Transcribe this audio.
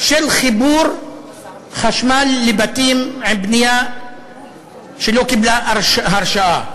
של חיבור חשמל לבתים עם בנייה שלא קיבלה הרשאה,